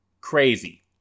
Crazy